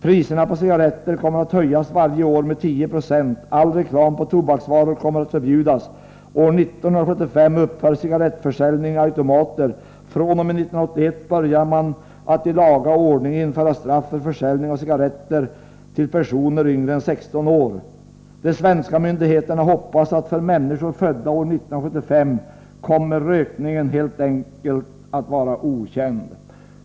Priserna på tobak skulle höjas varje år med 10 92, all reklam för tobaksvaror skulle förbjudas, år 1975 skulle försäljningen av cigaretter i automater upphöra, fr.o.m. 1981 skulle man börja att i laga ordning införa straff för försäljning av cigaretter till personer under 16 år, de svenska myndigheterna hoppades att för människor födda år 1975 och senare skulle rökningen helt enkelt vara okänd.